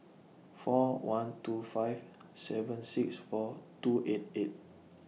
four one two five seven six four two eight eight